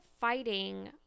fighting